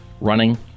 running